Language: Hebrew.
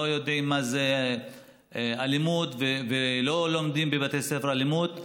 לא יודעים מה זה אלימות ולא לומדים בבתי ספר אלימות.